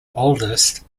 oldest